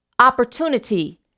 opportunity